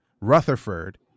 Rutherford